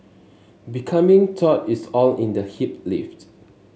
becoming taut is all in the hip lift